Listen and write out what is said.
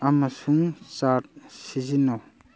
ꯑꯃꯁꯨꯡ ꯆꯥꯔꯠ ꯁꯤꯖꯤꯟꯅꯧ